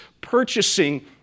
purchasing